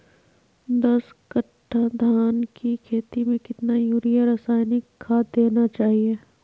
दस कट्टा धान की खेती में कितना यूरिया रासायनिक खाद देना चाहिए?